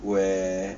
where